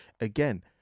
again